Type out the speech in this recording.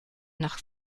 nach